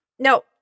No